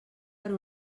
per